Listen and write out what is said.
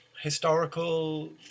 Historical